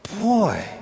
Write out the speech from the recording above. Boy